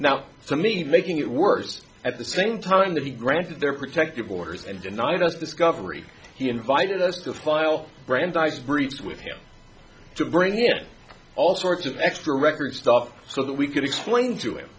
now so me making it worse at the same time that he granted their protective orders and denied us discovery he invited us to file brandeis briefs with him to bring him all sorts of extra record stuff so that we could explain to him